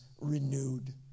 renewed